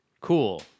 Cool